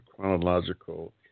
Chronological